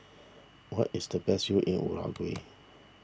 what is the best view in Uruguay